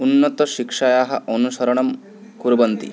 उन्नतशिक्षायाः ओनुसरणं कुर्वन्ति